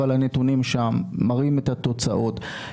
אבל הנתונים שם מראים את התוצאות.